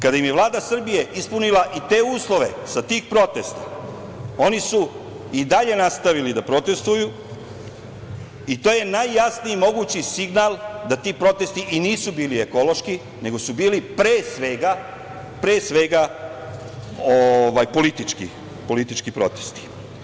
Kada im je Vlada Srbije ispunila i te uslove sa tih protesta oni su i dalje nastavili da protestvuju i to je najjasniji mogući signal da ti protesti i nisu bili ekološki, nego su bili pre svega politički protesti.